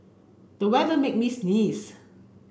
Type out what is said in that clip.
the weather made me sneeze